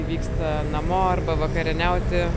vyksta namo arba vakarieniauti su